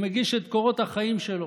הוא מגיש את קורות החיים שלו.